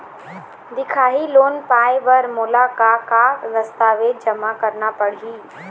दिखाही लोन पाए बर मोला का का दस्तावेज जमा करना पड़ही?